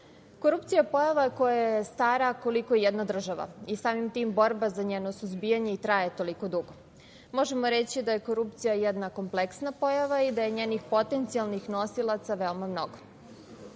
je pojava koja je stara koliko i jedna država i samim tim borba za njeno suzbijanje i traje tolio dugo. Možemo reći da je korupcija jedna kompleksna pojava i da je njenih potencijalnih nosilaca veoma mnogo.